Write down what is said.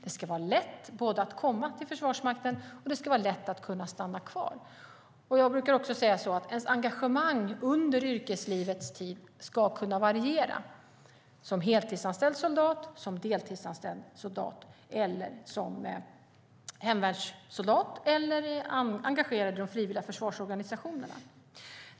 Det ska vara lätt att komma till Försvarsmakten, och det ska vara lätt att stanna kvar. Jag brukar säga att ens engagemang under yrkeslivet ska kunna variera, som heltidsanställd soldat, som deltidsanställd soldat, som hemvärnssoldat eller som engagerad i de frivilliga försvarsorganisationerna.